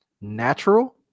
natural